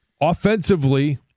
Offensively